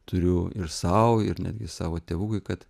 turiu ir sau ir netgi savo tėvukui kad